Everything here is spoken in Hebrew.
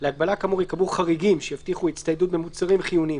להגבלה כאמור ייקבעו חריגים שיבטיחו הצטיידות במוצרים חיוניים,